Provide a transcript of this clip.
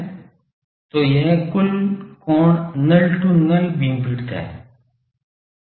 तो यह कुल कोण null to null बीमविड्थ है